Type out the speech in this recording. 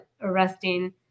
arresting